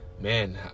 Man